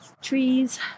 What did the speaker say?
trees